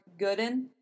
Gooden